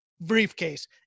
briefcase